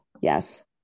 yes